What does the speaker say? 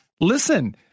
listen